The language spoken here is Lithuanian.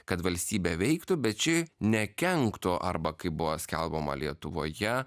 kad valstybė veiktų bet ši nekenktų arba kaip buvo skelbiama lietuvoje